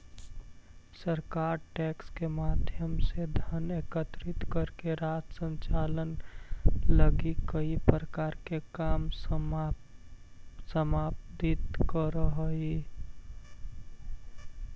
सरकार टैक्स के माध्यम से धन एकत्रित करके राज्य संचालन लगी कई प्रकार के काम संपादित करऽ हई